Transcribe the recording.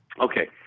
okay